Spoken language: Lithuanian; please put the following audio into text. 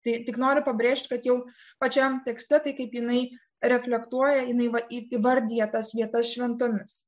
tai tik noriu pabrėžti kad jau pačiam tekste tai kaip jinai reflektuoja jinai va įvardija tas vietas šventomis